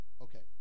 Okay